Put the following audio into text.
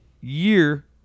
year